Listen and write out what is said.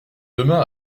demain